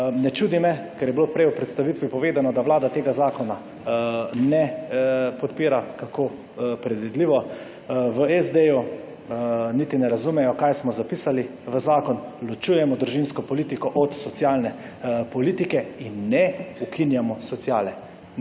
Ne čudi me, ker je bilo prej v predstavitvi povedano, da Vlada tega zakona ne podpira. Kako predvidljivo. V SD niti ne razumejo kaj smo zapisali v zakon, ločujemo družinsko politiko od socialne politike in ne ukinjamo sociale.